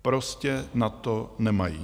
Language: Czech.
Prostě na to nemají.